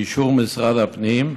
באישור משרד הפנים,